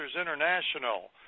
International